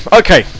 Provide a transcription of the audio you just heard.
okay